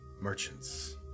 merchants